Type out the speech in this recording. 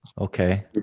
okay